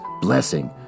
blessing